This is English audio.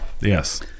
Yes